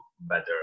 better